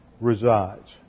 resides